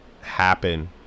happen